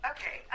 Okay